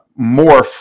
morph